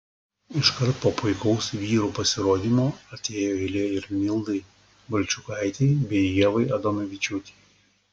iškart po puikaus vyrų pasirodymo atėjo eilė ir mildai valčiukaitei bei ievai adomavičiūtei